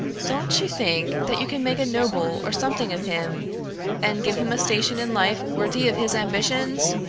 don't you think that you can make a noble or something of him and give him a station in life worthy of his ambitions?